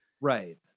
Right